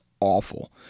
awful